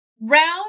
round